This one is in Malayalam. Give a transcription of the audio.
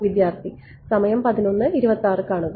വിദ്യാർത്ഥി സമയം 1126 കാണുക